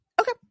okay